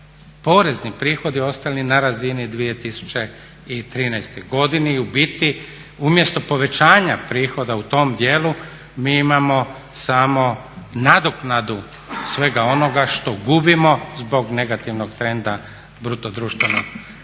porezni prihodi ostali na razini 2013.godine i u biti umjesto povećanja prihoda u tom djelu mi imamo samo nadoknadu svega onoga što gubimo zbog negativnog trenda bruto društvenog proizvoda